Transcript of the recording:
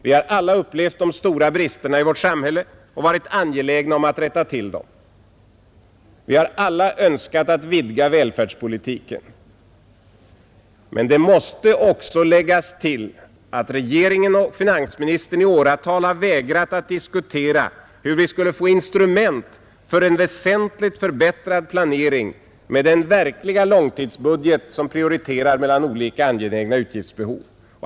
Vi har alla upplevt de stora bristerna i vårt samhälle och varit angelägna om att rätta till dem. Vi har alla önskat att vidga välfärdspolitiken. Men det måste också läggas till att regeringen och finansministern i åratal har vägrat att diskutera hur vi skulle få instrument för en väsentligt förbättrad planering med den verkliga långtidsbudget som prioriterar mellan olika angelägna utgiftsbehov.